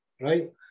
right